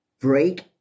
Break